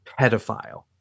pedophile